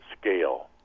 scale